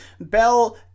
Bell